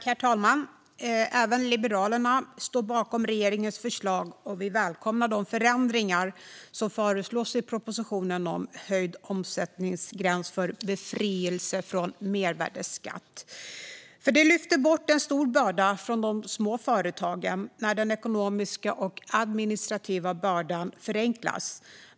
Herr talman! Även Liberalerna står bakom regeringens förslag och välkomnar de förändringar som föreslås i propositionen om höjd omsättningsgräns för befrielse från mervärdesskatt. Det lyfter bort en stor börda från de små företagen när den ekonomiska och administrativa bördan minskar.